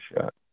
shot